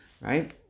right